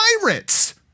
pirates